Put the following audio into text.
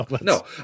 no